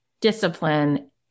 discipline